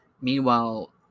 Meanwhile